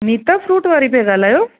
Neeta fruit वारी पिया ॻाल्हायो